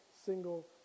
single